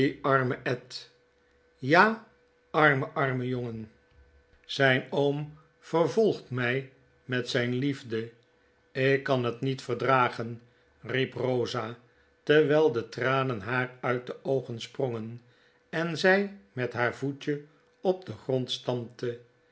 arme ed ja arme arme jongen zijn oom vervolgt my met zp liefde ik kan het niet verdragen riep rosa terwyl de tranen haar nit de oogen sprongen en zi met haar voetje op den grond stampte